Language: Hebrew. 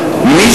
מי